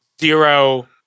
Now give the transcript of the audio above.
zero